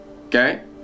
okay